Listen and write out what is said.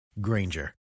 Granger